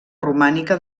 romànica